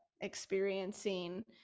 experiencing